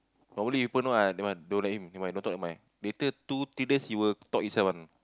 normally people know ah that one don't let him never mind don't talk never mind later two three days he will talk himself one